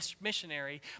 missionary